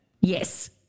Yes